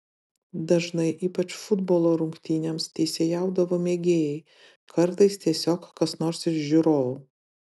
dažnai ypač futbolo rungtynėms teisėjaudavo mėgėjai kartais tiesiog kas nors iš žiūrovų